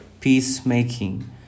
peacemaking